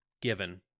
given